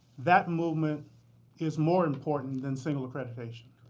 that movement is more important than single accreditation.